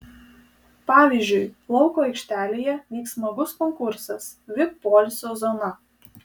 pavyzdžiui lauko aikštelėje vyks smagus konkursas vip poilsio zona